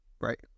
right